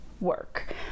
work